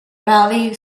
valley